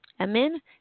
Amen